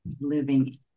living